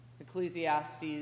Ecclesiastes